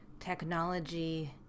Technology